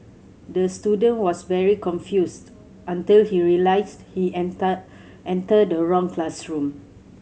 the student was very confused until he realised he entered entered the wrong classroom